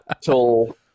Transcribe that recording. till